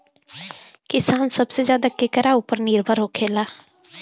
किसान सबसे ज्यादा केकरा ऊपर निर्भर होखेला?